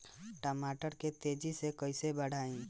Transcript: टमाटर के तेजी से कइसे बढ़ाई?